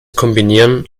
kombinieren